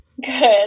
good